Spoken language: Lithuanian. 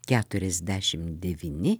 keturiasdešimt devyni